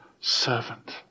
servant